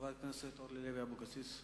חברת הכנסת אורלי לוי אבקסיס.